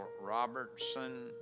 Robertson